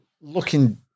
looking